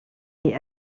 est